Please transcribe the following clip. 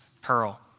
pearl